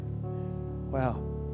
Wow